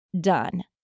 done